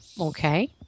okay